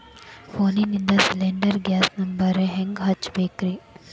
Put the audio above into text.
ಫೋನಿಂದ cylinder gas number ಹೆಂಗ್ ಹಚ್ಚ ಬೇಕ್ರಿ?